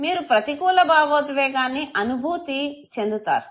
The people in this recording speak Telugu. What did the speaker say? మీరు ప్రతికూల భావోద్వేగాన్ని అనుభూతి చెందారు